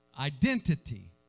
identity